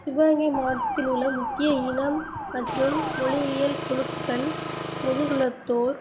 சிவகங்கை மாவட்டத்தில் உள்ள முக்கிய இனம் மற்றும் மொழியியல் குழுக்கள் முதுகுலத்தோர்